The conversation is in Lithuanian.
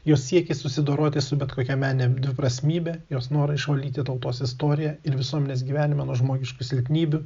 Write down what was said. jos siekis susidoroti su bet kokia menine dviprasmybe jos norą išvalyti tautos istoriją ir visuomenės gyvenimą nuo žmogiškų silpnybių